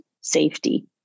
safety